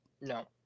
No